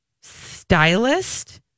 stylist